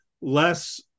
less